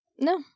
No